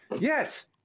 Yes